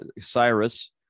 Cyrus